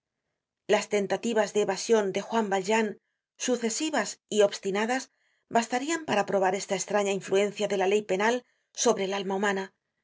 las tentativas de evasion de juan valjean sucesivas y obstinadas bastarian para probar esta estraña influencia de la ley penal sobre el alma humana